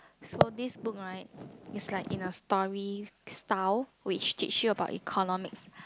so this book right is like in a story style which teach you about economics